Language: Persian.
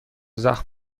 زخم